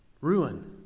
ruin